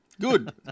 good